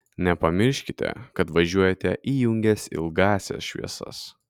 nepamirškite kad važiuojate įjungęs ilgąsias šviesas